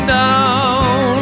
down